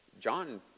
John